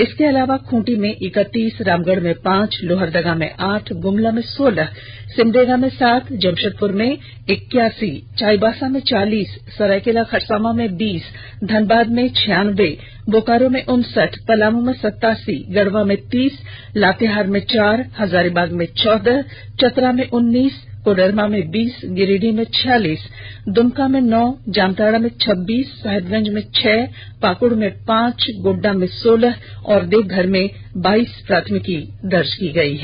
इसके अलावा खूंटी में इक्तीस रामगढ़ में पांच लोहरदगा में आठ गुमला में सोलह सिमडेगा में सात जमशेदपुर मे इक्यासी चाईबासा में चालीस सरायकेला खरसांवा में बीस धनबाद में छियान्बे बोकारो में उनसठ पलामू में सत्तासी गढ़वा में तीस लातेहार में चार हजारीबाग में चौदह चतरा में उन्नीस कोडरमा में बीस गिरिडीह में छियालीस दुमका में नौ जामताड़ा में छब्बीस साहेबगंज में छह पाकुड़ में पांच गोडड़ा में सोलह और देवघर में बाइस प्राथमिकी दर्ज की गई है